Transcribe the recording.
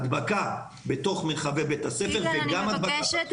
הדבקה בתוך בית הספר וגם הדבקה --- את